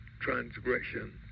transgression